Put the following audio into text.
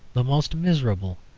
the most miserable.